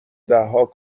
دهها